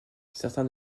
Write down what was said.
certains